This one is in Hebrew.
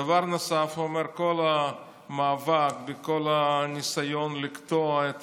דבר נוסף הוא אומר: את כל המאבק וכל הניסיון לקטוע את